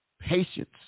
Patience